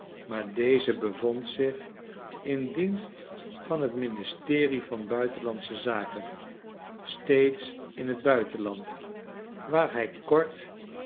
maar deze bevond zich in dienst van het ministerie van buitenlandsche zaken steeds in het buitenland waar hij kort